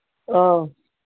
ꯑ